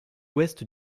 ouest